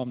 1978-1979.